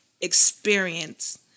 experience